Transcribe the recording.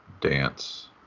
dance